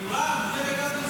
מפלגה --- נו, אז מה?